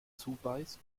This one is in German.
zubeißt